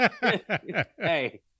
Hey